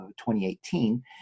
2018